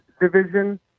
division